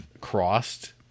crossed